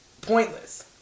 pointless